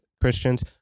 Christians